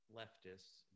leftists